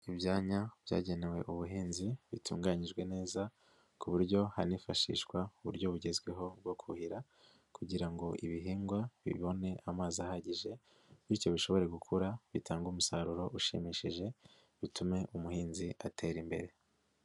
Ibyanya byagenewe ubuhinzi, bitunganyijwe neza ku buryo hanifashishwa uburyo bugezweho bwo kuhira kugira ngo ibihingwa bibone amazi ahagije, bityo bishobore gukura, bitanga umusaruro ushimishije, bitume umuhinzi atera imbere.